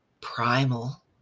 primal